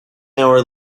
hour